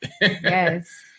Yes